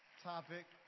topic